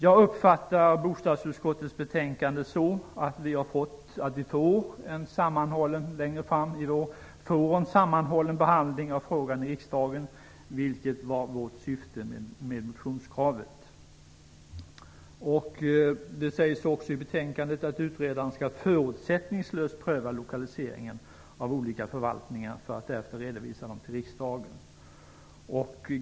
Jag uppfattar bostadsutskottets betänkande så att vi längre fram i vår får en sammanhållen behandling av frågan i riksdagen, vilket var syftet med vårt motionskrav. Det sägs också i betänkandet att utredaren skall förutsättningslöst pröva lokaliseringen av olika förvaltningar för att därefter redovisa dem till riksdagen.